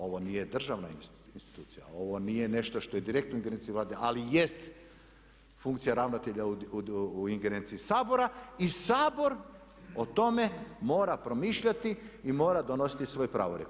Ovo nije državna institucija, ovo nije nešto što je direktno u ingerenciji Vlade ali jeste funkcija ravnatelja u ingerenciji Sabora i Sabor o tome mora promišljati i mora donositi svoj pravorijek.